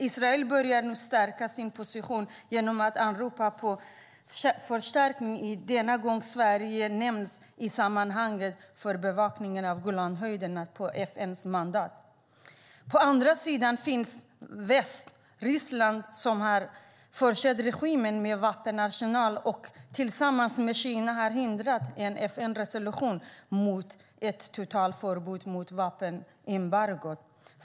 Israel börjar nu stärka sin position genom att ropa på förstärkning. Denna gång nämns Sverige i sammanhanget när det gäller bevakning av Golanhöjderna på FN:s mandat. På den andra sidan finns väst med Ryssland som har försett regimen med vapen och tillsammans med Kina hindrat en FN-resolution om vapenembargot.